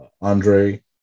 Andre